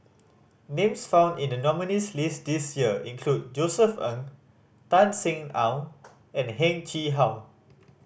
names found in the nominees' list this year include Josef Ng Tan Sin Aun and Heng Chee How